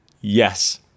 Yes